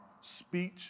speech